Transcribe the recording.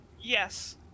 Yes